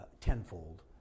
tenfold